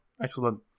Excellent